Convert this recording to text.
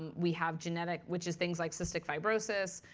we have genetic, which is things like cystic fibrosis.